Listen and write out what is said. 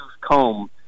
comb